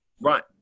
Right